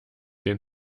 den